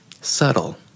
subtle